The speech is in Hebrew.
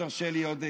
אז אם תרשה לי עוד.